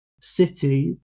City